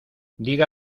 diga